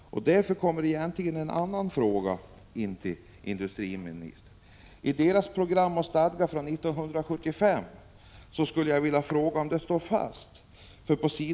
Därför uppkommer en annan fråga till industriministern. Jag skulle vilja fråga om socialdemokraternas program och stadga från 1975 står fast.